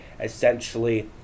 essentially